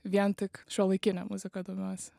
vien tik šiuolaikinė muzika domiuosi